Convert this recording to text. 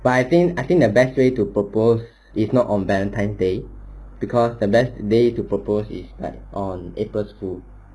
but I think I think the best way to propose is not on valentine's day because the best day to propose like on april's fool